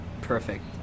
perfect